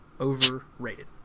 overrated